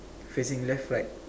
facing left right